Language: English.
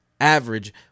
average